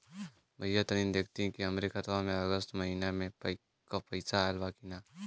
भईया तनि देखती की हमरे खाता मे अगस्त महीना में क पैसा आईल बा की ना?